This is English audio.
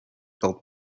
built